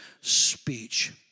speech